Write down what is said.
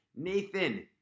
Nathan